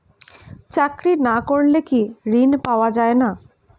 চাকরি না করলে কি ঋণ পাওয়া যায় না?